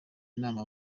inama